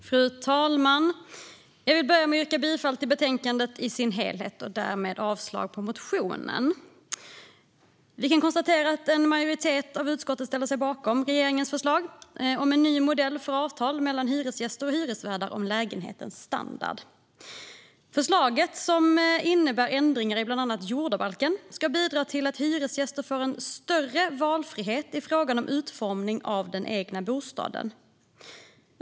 Fru talman! Jag vill börja med att yrka bifall till förslaget i dess helhet och därmed avslag på motionen. Vi kan konstatera att en majoritet av utskottet ställer sig bakom regeringens förslag om en ny modell för avtal mellan hyresgäster och hyresvärdar om lägenhetens standard. Förslaget, som innebär ändringar i bland annat jordabalken, ska bidra till att hyresgäster får större valfrihet i fråga om utformning av den egna bostaden.